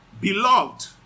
beloved